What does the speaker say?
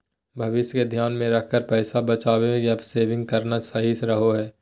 भविष्य के ध्यान मे रखकर पैसा बचावे या सेविंग करना सही रहो हय